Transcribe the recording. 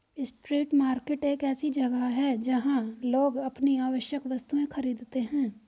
street market एक ऐसी जगह है जहां लोग अपनी आवश्यक वस्तुएं खरीदते हैं